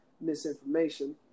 misinformation